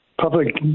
public